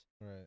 Right